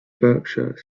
berkshire